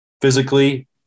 physically